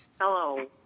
Hello